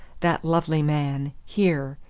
that lovely man here!